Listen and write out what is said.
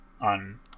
on